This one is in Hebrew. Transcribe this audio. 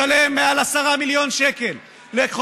אני